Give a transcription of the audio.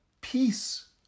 peace